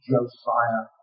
Josiah